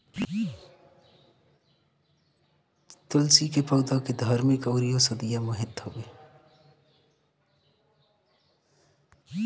तुलसी के पौधा के धार्मिक अउरी औषधीय महत्व हवे